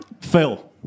Phil